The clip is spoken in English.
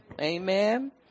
amen